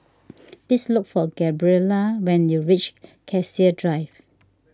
please look for Gabriella when you reach Cassia Drive